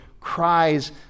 cries